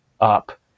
up